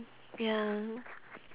ya